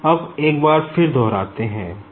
अब एक बार फिर दोहराते है